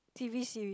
t_v series